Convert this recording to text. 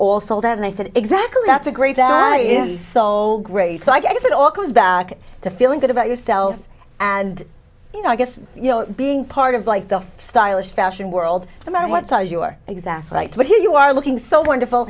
all sold out and i said exactly that's a great that sold great so i guess it all comes back to feeling good about yourself and you know i guess you know being part of like the stylish fashion world no matter what size you are exactly right but here you are looking so wonderful